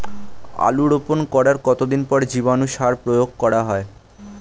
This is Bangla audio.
আলু রোপণ করার কতদিন পর জীবাণু সার প্রয়োগ করা হয়?